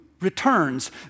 returns